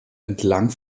entlang